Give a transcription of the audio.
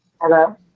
Hello